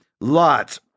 Lot